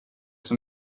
som